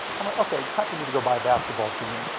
i'm like, okay, it's time for me to go buy a basketball team.